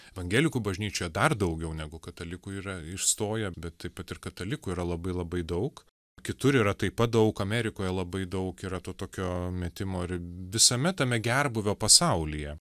evangelikų bažnyčioje dar daugiau negu katalikų yra išstoję bet taip pat ir katalikų yra labai labai daug kitur yra taip pat daug amerikoje labai daug yra to tokio metimo ir visame tame gerbūvio pasaulyje